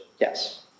Yes